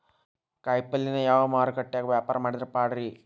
ಕಾಯಿಪಲ್ಯನ ಯಾವ ಮಾರುಕಟ್ಯಾಗ ವ್ಯಾಪಾರ ಮಾಡಿದ್ರ ಪಾಡ್ರೇ?